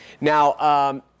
Now